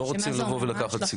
לא רוצים לבוא ולקחת סיכון.